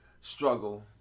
struggle